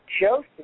Joseph